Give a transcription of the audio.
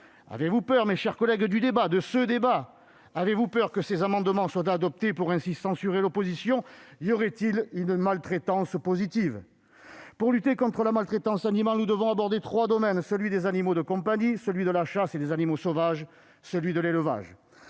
avez-vous peur de ce débat ? Avez-vous peur que ces amendements soient adoptés pour ainsi censurer l'opposition ? Y aurait-il une maltraitance positive ? Pour lutter contre la maltraitance animale, nous devons aborder trois domaines : les animaux de compagnie, la chasse et des animaux sauvages et, enfin, l'élevage.